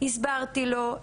הסברתי לו,